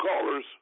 callers